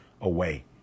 away